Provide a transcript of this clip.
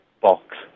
box